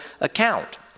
account